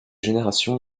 génération